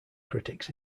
critics